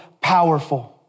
Powerful